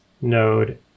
node